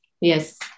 Yes